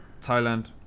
Thailand